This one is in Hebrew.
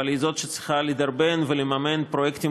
אבל היא זאת שצריכה לדרבן ולממן פרויקטים